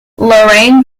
lorain